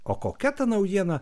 o kokia ta naujiena